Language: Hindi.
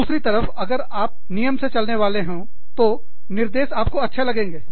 दूसरी तरफ अगर आप नियम से चलने वाले हो तो निर्देश आपको अच्छे लगेंगे